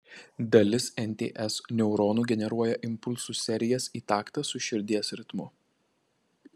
dalis nts neuronų generuoja impulsų serijas į taktą su širdies ritmu